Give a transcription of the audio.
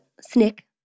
snick